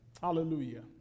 Hallelujah